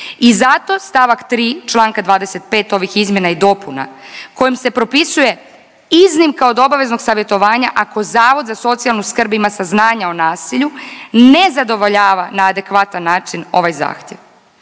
I zato stavak 3. Članka 25. ovih izmjena i dopuna kojim se propisuje iznimka od obaveznog savjetovanja ako zavod za socijalnu skrb ima saznanja o nasilju ne zadovoljava na adekvatan način ovaj zahtjev.